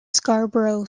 scarborough